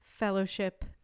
fellowship